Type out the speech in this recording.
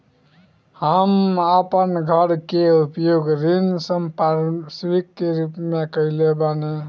हम आपन घर के उपयोग ऋण संपार्श्विक के रूप में कइले बानी